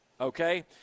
okay